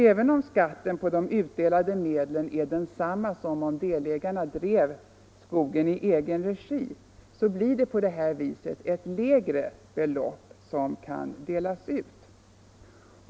Även om skatten på de utdelade medlen är densamma som om delägarna drev skogen i egen regi blir det på det här viset ett lägre belopp som kan delas ut.